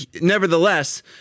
nevertheless